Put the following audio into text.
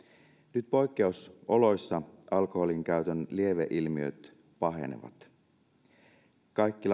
nyt poikkeusoloissa alkoholinkäytön lieveilmiöt pahenevat kaikki